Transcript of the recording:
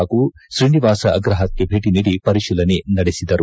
ಹಾಗೂ ಶ್ರೀನಿವಾಸ ಅಗ್ರಹಾರಕ್ಕೆ ಭೇಟಿ ನೀಡಿ ಪರಿಶೀಲನೆ ನಡೆಸಿದರು